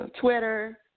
Twitter